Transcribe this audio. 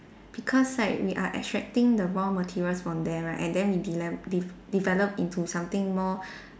because right we are extracting the raw materials from them right and then we delep~ de~ develop into something more